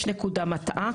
יש נקודה מטעה.